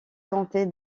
tentée